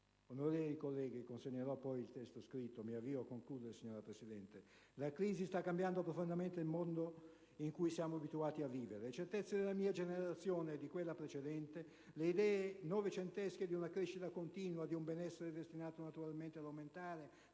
Presidente, consegnerò poi il testo del mio intervento. La crisi sta cambiando profondamente il mondo in cui siamo abituati a vivere. Le certezze della mia generazione e di quella precedente, le idee novecentesche di una crescita continua, di un benessere destinato naturalmente ad aumentare